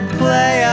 play